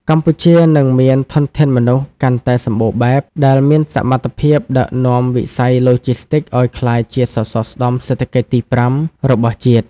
កម្ពុជានឹងមានធនធានមនុស្សកាន់តែសម្បូរបែប ដែលមានសមត្ថភាពដឹកនាំវិស័យឡូជីស្ទីកឱ្យក្លាយជាសសរស្តម្ភសេដ្ឋកិច្ចទី៥ របស់ជាតិ។